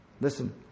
Listen